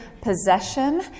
possession